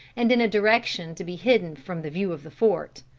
and in a direction to be hidden from the view of the fort.